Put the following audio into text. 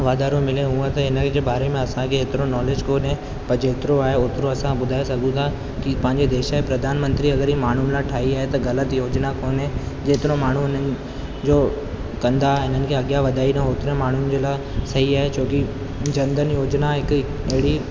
वाधारो मिले हुअं त हिन जे बारे में असांखे हेतिरो नॉलेज कोन्हे पर जेतिरो आहे होतिरो असां ॿुधाए सघूं था की पंहिंजे देश जा प्रधान मंत्री अगरि हीउ माण्हुनि लाइ ठाहे आई आहे त ग़लति योजना कोन्हे जेतिरो माण्हू उन्हनि जो कंदा आहिनि की अॻियां वधाई रहूं होतिरे माण्हुनि जे लाइ सही आहे छोकी जन धन योजना हिकु अहिड़ी